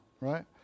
right